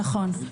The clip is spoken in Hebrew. נכון.